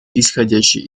исходящие